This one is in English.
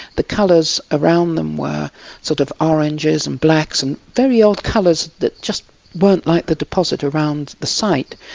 the colours around them were sort of oranges and blacks and very odd colours that just weren't like the deposit around the site.